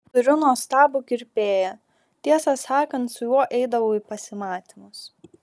turiu nuostabų kirpėją tiesą sakant su juo eidavau į pasimatymus